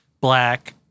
black